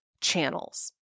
channels